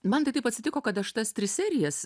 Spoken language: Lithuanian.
man tai taip atsitiko kad aš tas tris serijas